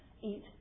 eat